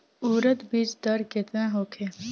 उरद बीज दर केतना होखे?